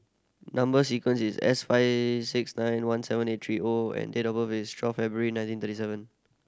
number sequence is S five six nine one seven eight three O and date of birth is twelve February nineteen thirty seven